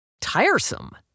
tiresome